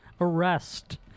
Arrest